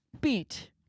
beat